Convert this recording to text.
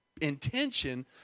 intention